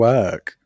Work